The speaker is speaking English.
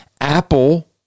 Apple